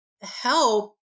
help